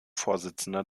vorsitzender